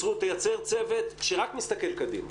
תייצר צוות שרק מסתכל קדימה,